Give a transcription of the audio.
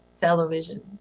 television